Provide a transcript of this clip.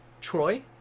Troy